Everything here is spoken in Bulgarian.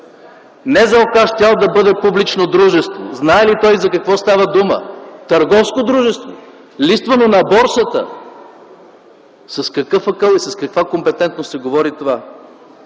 НЗОК щяла да бъде публично дружество. Знае ли той за какво става дума? Търговско дружество, листвано на борсата – с какъв акъл и с каква компетентност се говори това?!